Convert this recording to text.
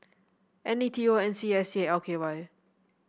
N A T O N S C S L K Y